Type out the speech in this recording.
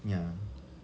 ya